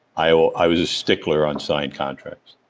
i ah i was a stickler on signed contracts